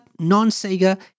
non-Sega